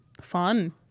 Fun